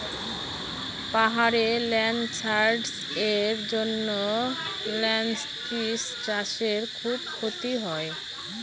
পাহাড়ে ল্যান্ডস্লাইডস্ এর জন্য লেনটিল্স চাষে খুব ক্ষতি হয়